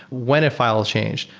when a file changed?